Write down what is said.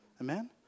Amen